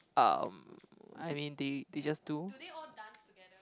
um I mean they they just do